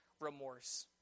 remorse